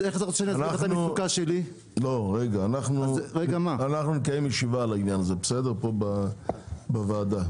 נקיים ישיבה בעניין פה בוועדה.